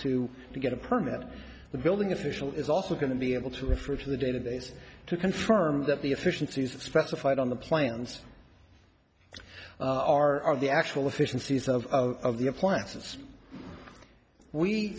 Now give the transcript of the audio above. to get a permit the building official is also going to be able to refer to the database to confirm that the efficiencies specified on the plans are the actual efficiencies of the appliances we